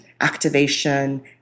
activation